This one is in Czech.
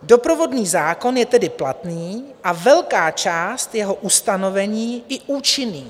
Doprovodný zákon je tedy platný a velká část jeho ustanovení i účinných.